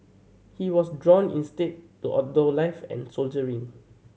he was drawn instead to outdoor life and soldiering